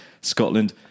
Scotland